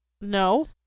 No